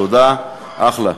תודה, אחלה.